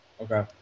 okay